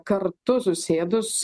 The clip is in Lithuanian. kartu susėdus